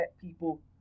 people